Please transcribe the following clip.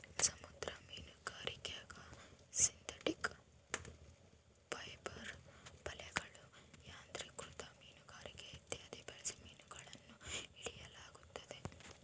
ಸಮುದ್ರ ಮೀನುಗಾರಿಕ್ಯಾಗ synthetic fibre ಬಲೆಗಳು, ಯಾಂತ್ರಿಕೃತ ಮೀನುಗಾರಿಕೆ ಇತ್ಯಾದಿ ಬಳಸಿ ಮೀನುಗಳನ್ನು ಹಿಡಿಯಲಾಗುತ್ತದೆ